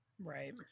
Right